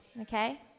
okay